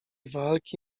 walki